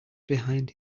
behind